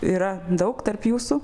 yra daug tarp jūsų